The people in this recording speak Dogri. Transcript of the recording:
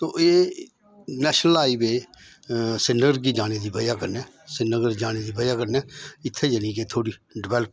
तो एह् नेशनल हाईवे श्रीनगर गी जाने दी बजह कन्नै श्रीनगर जाने दी बजह कन्नै इत्थै जेह्ड़ी के थोह्ड़ी डिवेल्प